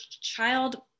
child